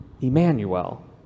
emmanuel